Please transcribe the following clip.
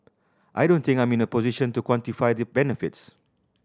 I don't think I'm in a position to quantify the benefits